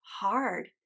hard